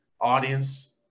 Audience